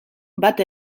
bat